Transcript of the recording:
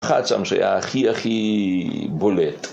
חצם שהיה הכי הכי בולט